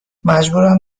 مجبورم